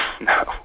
No